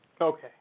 Okay